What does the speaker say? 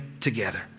together